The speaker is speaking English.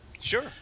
Sure